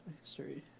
history